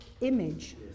image